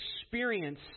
experience